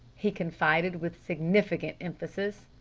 he confided with significant emphasis.